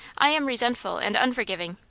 i am resentful and unforgiving.